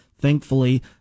Thankfully